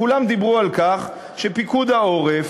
כולם דיברו על כך שפיקוד העורף,